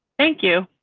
thank you.